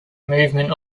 movement